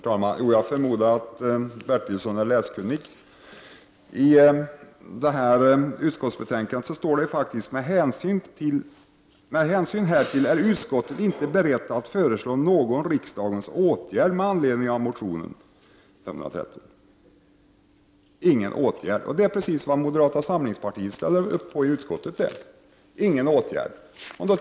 Herr talman! Jag förmodar att Stig Bertilsson är läskunnig. I utskottsbetänkandet står det faktiskt: ”Med hänsyn härtill är utskottet inte berett att föreslå någon riksdagens åtgärd med anledning av motion Kr513.” Ingen åtgärd. Det är precis den åsikt som moderata samlingspartiet ställer sig bakom i utskottet, alltså ingen åtgärd.